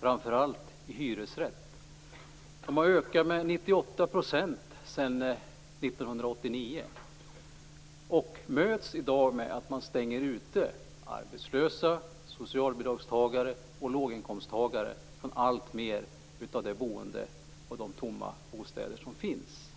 framför allt för hyresrätter. Kostnaderna har ökat med 98 % sedan 1989, och detta möts i dag med att man stänger ute arbetslösa, socialbidragstagare och låginkomsttagare från alltfler av de tomma bostäder som finns.